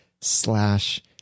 slash